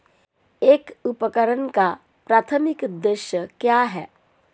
एक उपकरण का प्राथमिक उद्देश्य क्या है?